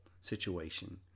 situation